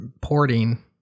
porting